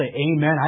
amen